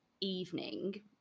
evening